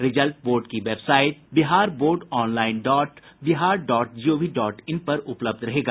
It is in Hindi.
रिजल्ट बोर्ड की website Bihar board online dot Bihar dot gov dot in पर उपलब्ध रहेगा